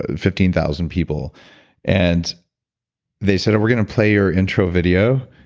fifteen thousand people and they said we're going to play your intro video,